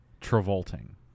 Travolting